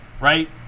right